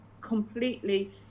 completely